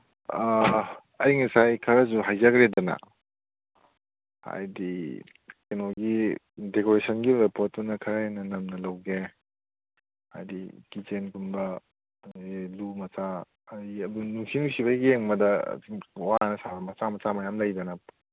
ꯑꯩ ꯉꯁꯥꯏ ꯈꯔꯁꯨ ꯍꯥꯏꯖꯈ꯭ꯔꯦꯗꯅ ꯍꯥꯏꯗꯤ ꯀꯩꯅꯣꯒꯤ ꯗꯦꯀꯣꯔꯦꯁꯟꯒꯤ ꯑꯣꯏꯕ ꯄꯣꯠꯇꯨꯅ ꯈꯔ ꯍꯦꯟꯅ ꯅꯝꯅ ꯂꯧꯒꯦ ꯍꯥꯏꯗꯤ ꯀꯤꯆꯦꯟꯒꯨꯝꯕ ꯑꯗꯒꯤ ꯂꯨ ꯃꯆꯥ ꯑꯗꯨꯝ ꯅꯨꯡꯁꯤ ꯅꯨꯡꯁꯤꯕ ꯌꯦꯡꯕꯗ ꯋꯥꯅ ꯁꯥꯕ ꯃꯆꯥ ꯃꯆꯥ ꯃꯌꯥꯝ ꯂꯩꯗꯅ